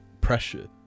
pressure